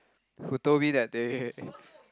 who told me that day